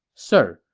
sir,